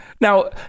Now